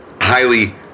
Highly